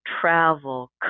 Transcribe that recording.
travel